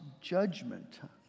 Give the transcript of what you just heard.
judgment